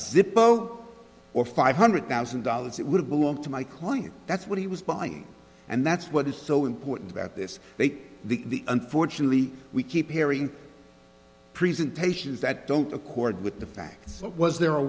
zippo or five hundred thousand dollars it would belong to my client that's what he was buying and that's what is so important about this they the unfortunately we keep hearing presentations that don't accord with the facts what was there a